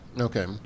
Okay